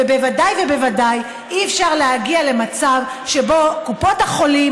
ובוודאי בוודאי אי-אפשר להגיע למצב שקופות החולים